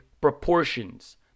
proportions